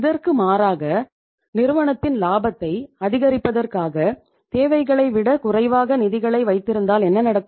இதற்கு மாறாக நிறுவனத்தின் இலாபத்தை அதிகரிப்பதற்காக தேவைகளை விட குறைவாக நிதிகளை வைத்திருந்தால் என்ன நடக்கும்